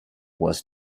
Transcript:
was